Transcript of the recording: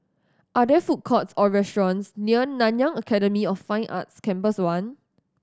are there food courts or restaurants near Nanyang Academy of Fine Arts Campus One